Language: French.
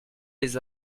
les